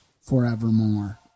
forevermore